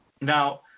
Now